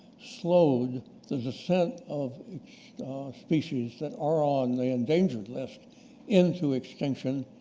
slowed the descent of species that are on the endangered list into extinction,